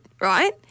right